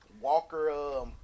Walker